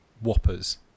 Whoppers